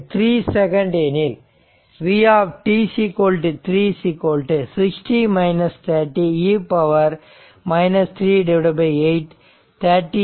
மற்றும் t3 second எனில் vt3 60 30 e 3 8 39